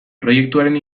proiektuaren